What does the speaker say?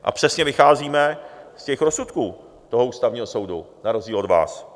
A přesně vycházíme z těch rozsudků Ústavního soudu, na rozdíl od vás.